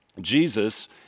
Jesus